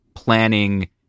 Planning